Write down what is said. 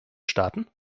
staaten